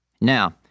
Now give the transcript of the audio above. Now